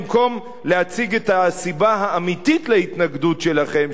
במקום להציג את הסיבה האמיתית להתנגדות שלכם,